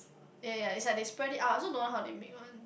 yea yea yea it's like they spread it out I also don't want how they make one